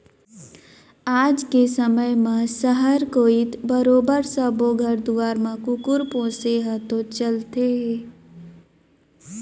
आज के समे म सहर कोइत बरोबर सब्बो घर दुवार म कुकुर पोसे ह तो चलते हे